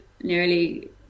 nearly